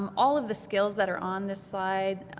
um all of the skills that are on this slide